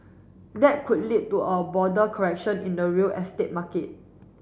that could lead to a broader correction in the real estate market